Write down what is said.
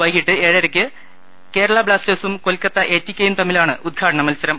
വൈകീട്ട് ഏഴരക്ക് കേരളാ ബ്ലാസ്റ്റേഴ്സും കൊൽക്കത്ത എടി കെയും തമ്മിലാണ് ഉദ്ഘാടന മത്സരം